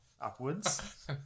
upwards